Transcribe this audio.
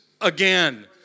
again